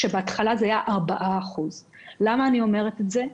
כשבהתחלה זה היה 4%. למה אני אומרת את זה?